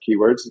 keywords